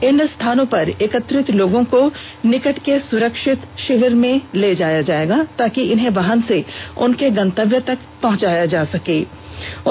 इन स्थानों पर एकत्रित लोगों को समीप के सुरक्षित शिविर में ले जाया जाएगा ताकि इन्हें वाहन से उनके गंतव्य तक पहुंचाने की व्यवस्था भी की जा सके